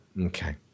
okay